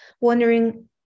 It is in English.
wondering